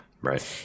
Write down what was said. Right